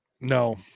No